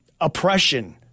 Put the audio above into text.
oppression